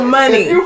money